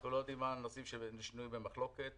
אנחנו לא יודעים מה הנושאים שהם שנויים במחלוקת,